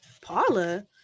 Paula